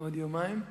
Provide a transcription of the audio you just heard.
בעוד יומיים.